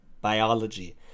Biology